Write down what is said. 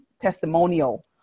testimonial